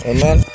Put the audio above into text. Amen